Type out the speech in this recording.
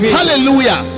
Hallelujah